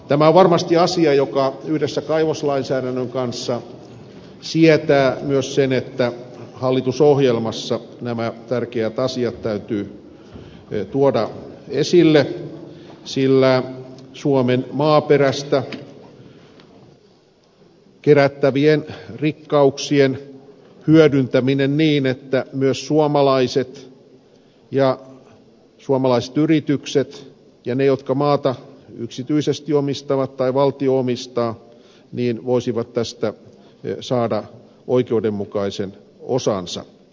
tämä on varmasti asia joka yhdessä kaivoslainsäädännön kanssa sietää myös sen että hallitusohjelmassa nämä tärkeät asiat täytyy tuoda esille jotta suomen maaperästä kerättäviä rikkauksia voitaisiin hyödyntää niin että myös suomalaiset ja suomalaiset yritykset ja ne jotka maata yksityisesti omistavat tai valtio voisivat tästä saada oikeudenmukaisen osansa